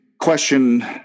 question